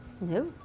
No